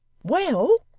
well!